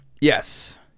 Yes